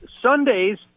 Sundays